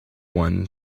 one